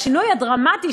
והשינוי הדרמטי,